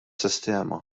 sistema